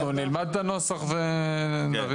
נלמד את הנוסח ונבין.